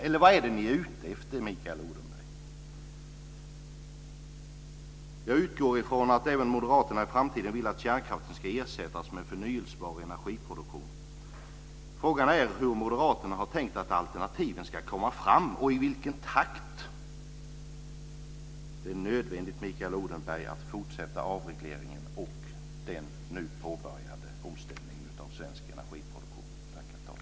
Eller vad är det ni är ute efter, Mikael Odenberg? Jag utgår ifrån att även moderaterna i framtiden vill att kärnkraften ska ersättas med förnybar energiproduktion. Frågan är hur moderaterna har tänkt att alternativen ska komma fram och i vilken takt. Det är nödvändigt, Mikael Odenberg, att fortsätta avregleringen och den nu påbörjade omställningen av svensk energiproduktion. Tack, herr talman!